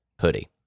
hoodie